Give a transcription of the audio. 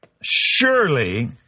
surely